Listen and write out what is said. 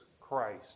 Christ